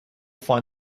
find